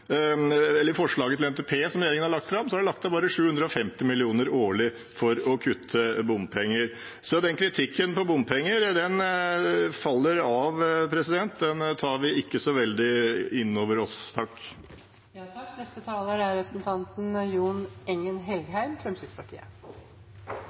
forslaget til NTP som regjeringen har lagt fram, er det lagt inn bare 750 mill. kr årlig for å kutte bompenger. Så den kritikken om bompenger tar vi ikke så veldig inn over oss. Alle forstår vi at det er